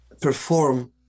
perform